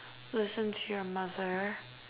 listen to your mother